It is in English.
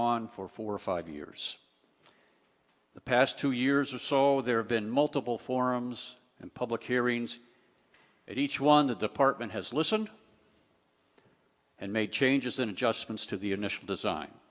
on for four or five years the past two years or so there have been multiple forums and public hearings and each one the department has listened and made changes in adjustments to the initial design